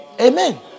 Amen